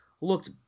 looked